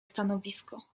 stanowisko